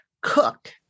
cook